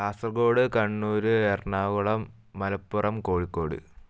Kasaragod Kannur Ernakulam Malappuram Kozhikode